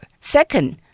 Second